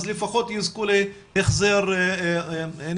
אז לפחות יזכו להחזר נסיעות?